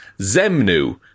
Zemnu